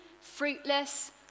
fruitless